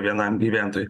vienam gyventojui